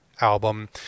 album